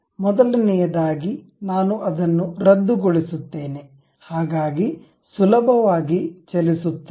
ಮೊದಲನೆಯದಾಗಿ ನಾನು ಅದನ್ನು ರದ್ದುಗೊಳಿಸುತ್ತಿದ್ದೇನೆ ಹಾಗಾಗಿ ಸುಲಭವಾಗಿ ಚಲಿಸುತ್ತದೆ